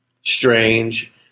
strange